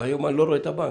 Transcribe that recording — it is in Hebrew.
היום אני לא רואה את הבנק,